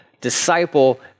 disciple